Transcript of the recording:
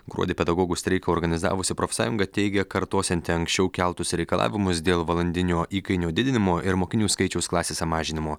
gruodį pedagogų streiką organizavusi profsąjunga teigia kartosianti anksčiau keltus reikalavimus dėl valandinio įkainio didinimo ir mokinių skaičiaus klasėse mažinimo